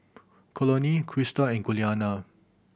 Conley Crista and Giuliana